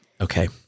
Okay